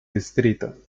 distrito